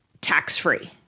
tax-free